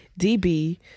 db